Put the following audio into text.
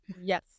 Yes